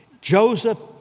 Joseph